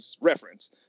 reference